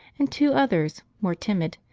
and two others, more timid,